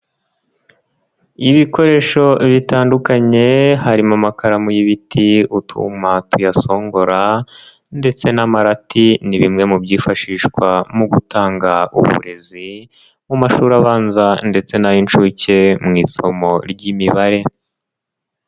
Ibikoresho bitandukanye harimo amakaramu y'ibiti, utwuma tuyasongora ndetse n'amarati ni bimwe mu byifashishwa mu gutanga uburezi mu mashuri abanza ndetse n'ay'inshuke mu isomo ry'imibare.